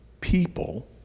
people